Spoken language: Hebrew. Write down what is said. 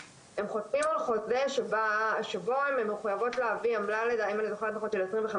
תהיה אפשרות תוך 48 שעות לבטל את